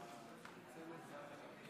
נא להקשיב לחבר הכנסת יריב לוין.